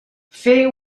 fer